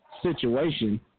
situation